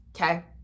okay